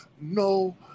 No